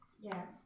Yes